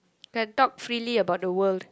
can talk freely about the world